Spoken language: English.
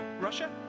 Russia